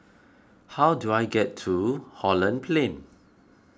how do I get to Holland Plain